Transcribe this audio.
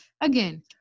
Again